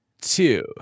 Two